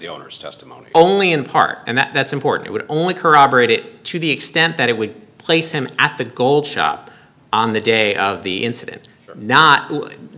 the owner's testimony only in part and that's important it would only corroborate it to the extent that it would place him at the gold shop on the day of the incident not